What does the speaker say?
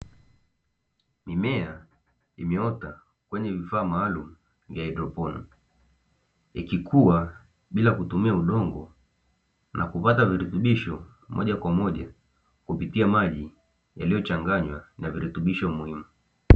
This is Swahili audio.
Mimea imeota kwenye vifaa maalumu ya haidroponi, ikikua bila kutumia udongo na kupata virutubisho moja kwa moja kupitia maji yaliyochanganywa na virutubisho muhimu.